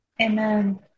Amen